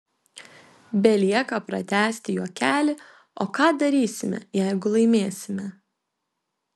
belieka pratęsti juokelį o ką darysime jeigu laimėsime